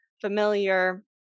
familiar